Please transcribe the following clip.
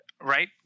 right